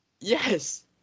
yes